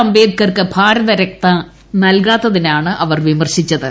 അംബേദ്കർക്ക് ഭാരത രത്ന നല്കാത്തതിനാണ് അവർ വിമർശിച്ചത്